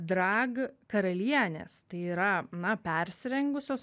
drag karalienės tai yra na persirengusios